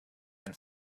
them